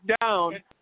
down